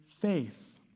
faith